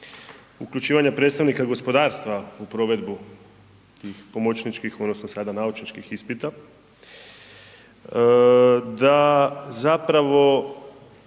uključivanja predstavnika gospodarstva u provedbu tih pomoćničkih odnosno sada naučničkih ispita da zapravo